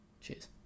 cheers